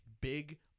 big